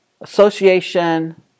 Association